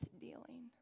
dealing